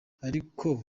ariko